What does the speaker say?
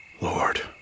Lord